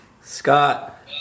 Scott